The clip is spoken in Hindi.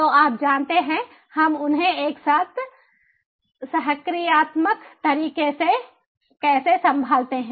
तो आप जानते हैं हम उन्हें एक साथ सहक्रियात्मक तरीके से कैसे संभालते हैं